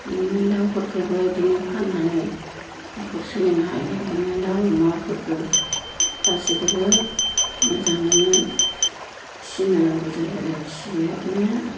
बिदिनो दाउफोरखौबो बिदिनो फाननानै न'खर सोलिनो हायो बिदिनो दाउ अमाफोरखौ गासैखौबो मोजाङैनो फिसिनांगौ जायो आरो फिसियो बिदिनो